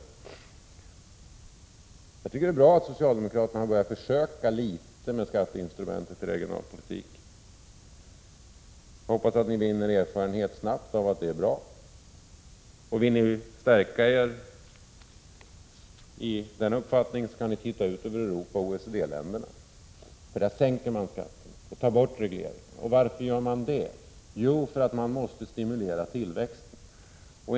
Jag tycker att det är bra att socialdemokraterna har börjat försöka använda skatteinstrumentet i regionalpolitiken. Jag hoppas att ni snabbt vinner erfarenhet av att det är bra. Vill ni stärka er i den uppfattningen kan ni titta ut över Europa och OECD-länderna — där sänker man skatterna och tar bort regleringar. Och varför gör man det? Jo, för att man måste stimulera tillväxten.